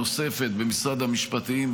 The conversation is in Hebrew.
נוספת, במשרד המשפטים.